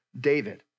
David